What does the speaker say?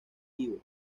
vivo